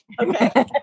Okay